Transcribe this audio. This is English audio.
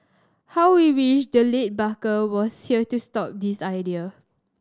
how we wish the late Barker was here to stop this idea